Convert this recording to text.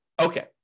Okay